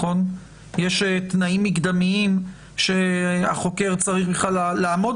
יש תנאים מקדמיים שהחוקר צריך לעמוד